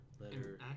letter